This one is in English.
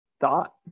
thought